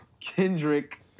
Kendrick